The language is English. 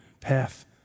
path